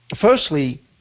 firstly